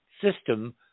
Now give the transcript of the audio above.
system